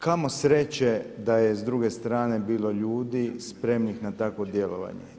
Kamo sreće da je s druge strane bilo ljudi spremnih na takvo djelovanje.